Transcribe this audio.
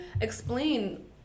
explain